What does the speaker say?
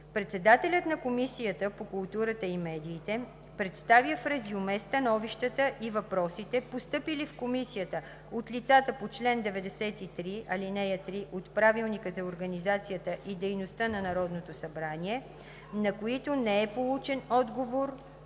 Председателят на Комисията по културата и медиите представя в резюме становищата и въпросите, постъпили в Комисията от лицата по чл. 93, ал. 3 от Правилника за организацията и дейността на Народното събрание, на които не е получен отговор,